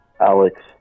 Alex